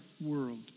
world